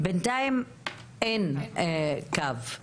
בינתיים אין קו,